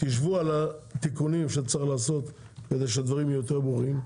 תשבו על התיקונים שצריך לעשות כדי שהדברים יהיו יותר ברורים.